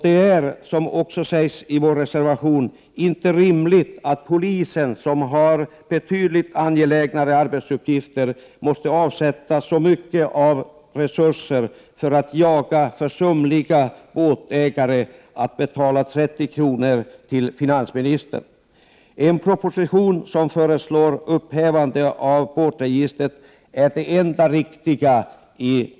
Det är, som också sägs i vår reservation, inte rimligt att polisen, som har betydligt angelägnare arbetsuppgifter, måste avsätta en så stor del av sina resurser för att jaga försumliga båtägare och få dem att betala 30 kr. till finansministern. En proposition i vilken man föreslår ett upphävande av båtregistret är det enda riktiga.